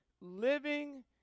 living